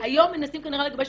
היום מנסים כנראה לגבש,